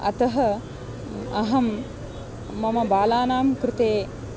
अतः अहं मम बालानां कृते